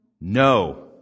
No